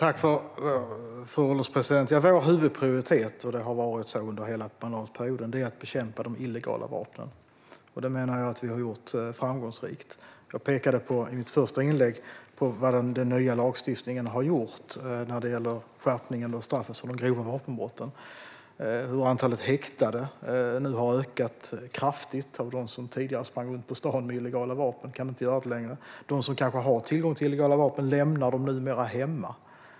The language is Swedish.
Fru ålderspresident! Vår huvudprioritet under hela mandatperioden har varit att bekämpa de illegala vapnen, och det menar jag att vi har gjort framgångsrikt. Jag pekade i mitt första inlägg på hur den nya lagstiftningen med skärpta straff för grova vapenbrott har gjort att antalet häktade nu har ökat kraftigt. De som tidigare sprang runt på stan med illegala vapen kan inte göra det längre. De som har tillgång till illegala vapen lämnar dem numera hemma.